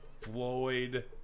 Floyd